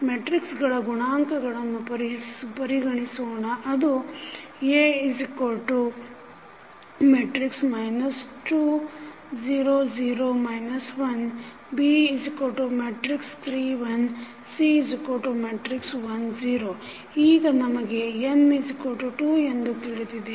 ಮೆಟ್ರಿಕ್ಸಗಳ ಗುಣಾಂಕಗಳನ್ನು ಪರಿಗಣಿಸೋಣ ಅದು A 2 0 0 1 B3 1 C1 0 ಈಗ ನಮಗೆ n 2 ಎಂದು ತಿಳಿದಿದೆ